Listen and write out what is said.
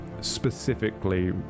specifically